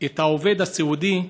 את העובד הסיעודי,